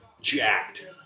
jacked